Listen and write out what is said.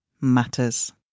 matters